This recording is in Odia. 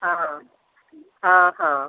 ହାଁ ହାଁ ହାଁ